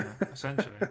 Essentially